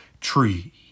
tree